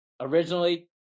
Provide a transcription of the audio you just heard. originally